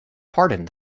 pardoned